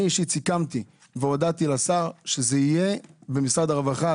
אני אישית סיכמתי והודעתי לשר שזה יהיה במשרד הרווחה.